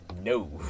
no